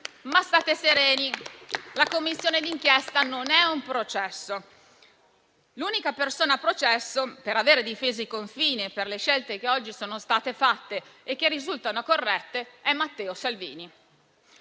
Ma state sereni, la Commissione d'inchiesta non è un processo. L'unica persona a processo per aver difeso i confini e per le scelte che oggi sono state fatte e che risultano corrette è Matteo Salvini.